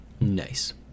nice